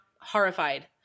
horrified